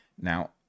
Now